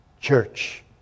church